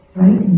right